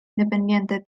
independientes